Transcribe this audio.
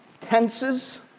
tenses